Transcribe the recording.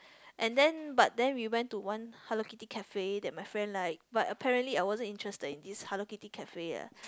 and then but then we went to one Hello-Kitty cafe that my friend like but apparently I wasn't interested in this Hello-Kitty cafe eh